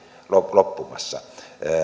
loppumassa